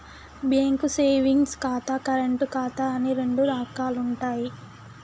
bank savings ఖాతా, current ఖాతా అని రెండు రకాలుంటయ్యి